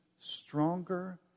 stronger